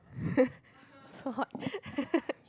so hot